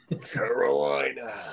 Carolina